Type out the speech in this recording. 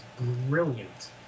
brilliant